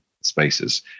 spaces